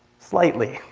slightly.